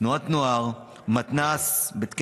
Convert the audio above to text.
תנועת נוער, מתנ"ס או בית כנסת.